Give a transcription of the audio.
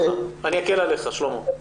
אני אקל עליך, שלמה.